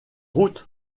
route